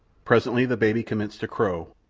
presently the baby commenced to crow,